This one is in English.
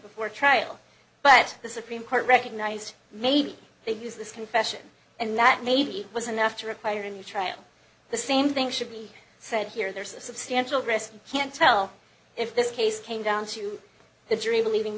before trial but the supreme court recognized maybe they use this confession and that maybe it was enough to require a new trial the same thing should be said here there's a substantial risk can't tell if this case came down to the jury leaving